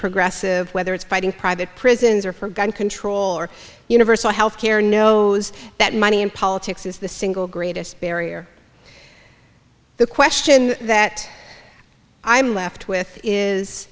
progressive whether it's fighting private prisons or for gun control or universal health care knows that money and politics is the single greatest barrier the question that i'm left with is